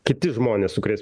kiti žmonės su kuriais